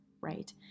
right